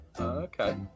Okay